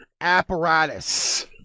apparatus